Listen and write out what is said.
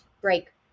break